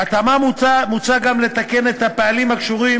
בהתאמה מוצע גם לתקן את הפעלים הקשורים